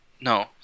No